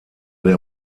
der